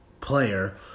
player